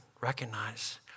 recognize